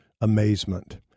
amazement